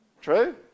True